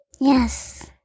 Yes